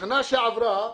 בשנה שעברה,